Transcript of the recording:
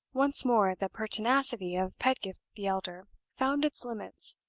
once more the pertinacity of pedgift the elder found its limits,